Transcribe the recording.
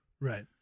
Right